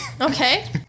Okay